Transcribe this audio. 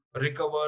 recover